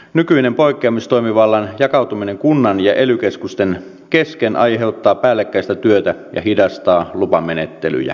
nykyinen poikkeamistoimivallan jakautuminen kunnan ja ely keskusten kesken aiheuttaa päällekkäistä työtä ja hidastaa lupamenettelyjä